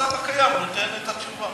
המצב הקיים נותן את התשובה.